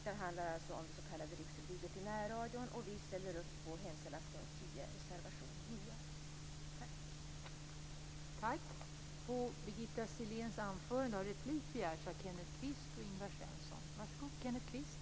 Det handlar om det s.k. riksförbudet i närradion. Vi ställer upp på reservation